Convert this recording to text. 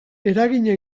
eragina